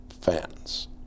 fans